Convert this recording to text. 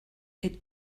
est